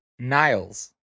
Niles